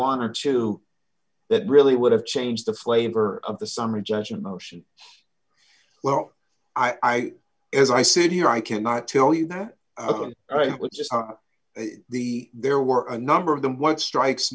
one or two that really would have changed the flavor of the summary judgment motion well i as i said here i cannot tell you that just the there were a number of them what strikes